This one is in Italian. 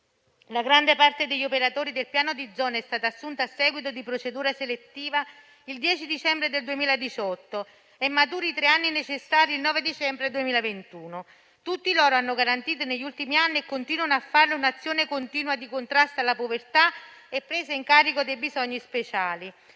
La grande parte degli operatori del Piano di zona è stata assunta a seguito di procedura selettiva il 10 dicembre del 2018 e maturano i tre anni necessari il 9 dicembre 2021. Tutti loro hanno garantito negli ultimi anni - e continuano a farlo - un'azione continua di contrasto alla povertà e presa in carico dei bisogni speciali.